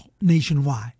nationwide